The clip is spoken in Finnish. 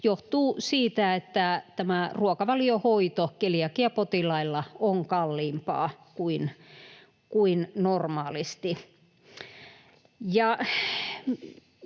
johtuu siitä, että tämä ruokavaliohoito keliakiapotilailla on kalliimpaa kuin normaalisti.